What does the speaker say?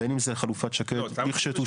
בין אם זה חלופת שקד לכשתושלם.